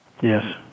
Yes